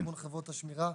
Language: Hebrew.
של ארגון חברות השמירה,